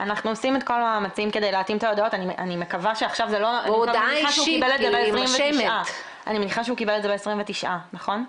אני מניחה שהוא קיבל את זה ב-29, נכון?